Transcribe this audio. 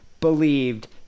believed